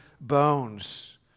bones